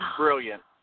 brilliant